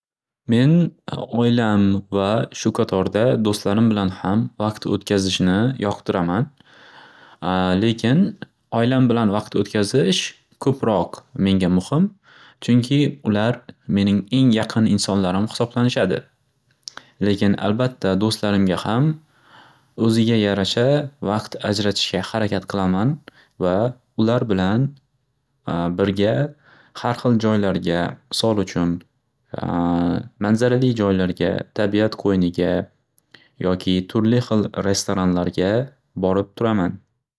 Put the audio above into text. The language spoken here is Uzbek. Men oilam va shu qatorda do'stlarim bilan ham vaqt o'tkazishni yoqtiraman. Lekin oilam bilan vaqt o'tkazish ko'proq menga muxim. Chunki ular mening eng yaqin insonlarim hisoblanishadi. Lekin albatda do'stlarimga ham o'ziga yarasha vaqt ajratishga harakat qilaman va ular bilan birga har xil joylarga misol uchun manzarali joylarga, tabiat qo'yniga, yoki turli xil restoranlarga borib turaman.